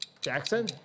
Jackson